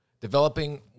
developing